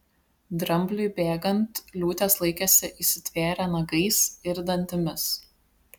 drambliui bėgant liūtės laikėsi įsitvėrę nagais ir dantimis